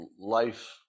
life